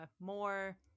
more